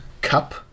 cup